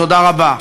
תודה רבה.